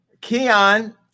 Keon